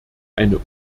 eine